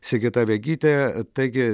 sigita vegytė taigi